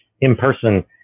in-person